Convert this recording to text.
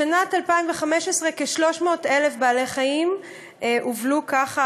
בשנת 2015 כ-300,000 בעלי-חיים הובלו ככה,